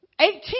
Eighteen